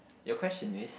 your question is